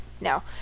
No